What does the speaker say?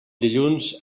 dilluns